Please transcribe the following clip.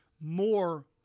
more